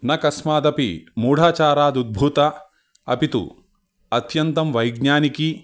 न कस्मादपि मूढाचारादुद्भूता अपि तु अत्यन्तं वैज्ञानिकी